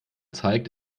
zeigt